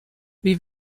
wie